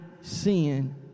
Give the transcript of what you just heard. sin